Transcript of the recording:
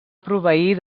proveir